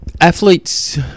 Athletes